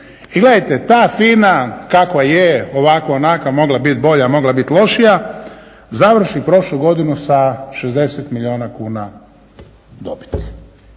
I gledajte ta FINA kakva je, ovakva, onakva mogla bit bolja, mogla biti lošija završi prošlu godinu sa 60 milijuna kuna dobiti.